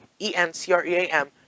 E-N-C-R-E-A-M